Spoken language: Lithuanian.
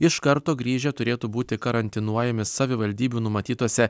iš karto grįžę turėtų būti karantinuojami savivaldybių numatytose